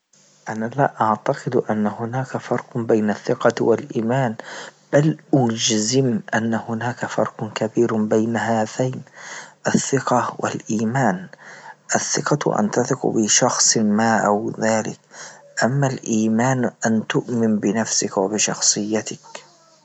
أنا لا أعتقد أن هناك فرق بين الثقة والإيمان بل أجزم أن هناك فرق كبير بين هاثين الثقة والإيمن، الثقة أن تثق بشخص ما أو ذلك، أما إيمان أن تؤمن بنفسك وبشخصيتك.